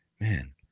man